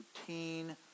routine